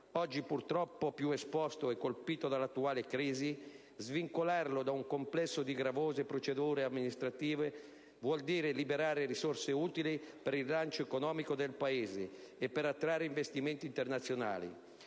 oggi purtroppo più esposto e colpito dall'attuale crisi), svincolarlo da un complesso di gravose procedure amministrative, vuol dire liberare risorse utili per il rilancio economico del Paese e per attrarre investimenti internazionali.